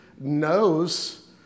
knows